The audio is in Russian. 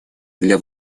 для